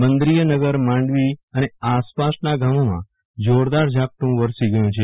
બંદરીયનગર માંડવી અને આસપાસનાં ગામોમાં જોરદાર ઝાપટું વરસી ગયું છે